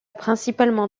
principalement